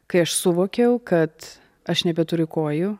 kai aš suvokiau kad aš nebeturiu kojų